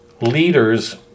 leaders